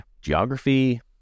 geography